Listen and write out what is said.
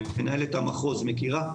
מנהלת המחוז מכירה.